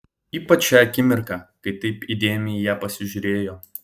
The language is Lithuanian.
ypač šią akimirką kai taip įdėmiai į ją pasižiūrėjo